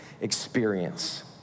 experience